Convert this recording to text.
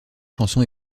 chanson